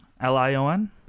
L-I-O-N